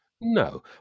No